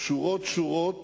שורות-שורות